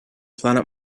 planet